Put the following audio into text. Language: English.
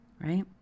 right